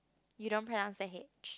you don't pronounce the H